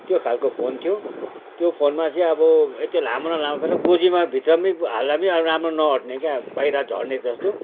त्यो खालको फोन थियो त्यो फोनमा चाहिँ अब यति लामो न लामो फेरि गोजीमा भित्र पनि हाल्दा पनि अब राम्रो नअट्ने क्या बाहिर झर्ने जस्तो